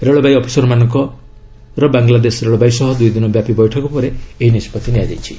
ରେଳବାଇ ଅଫିସରମାନଙ୍କର ବାଂଲାଦେଶ ରେଳବାଇ ସହ ଦୁଇଦିନ ବ୍ୟାପୀ ବୈଠକ ପରେ ଏହି ନିଷ୍ପତ୍ତି ନିଆଯାଇଛି